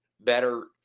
better